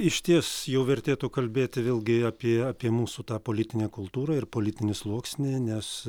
išties jau vertėtų kalbėti vėlgi apie apie mūsų tą politinę kultūrą ir politinį sluoksnį nes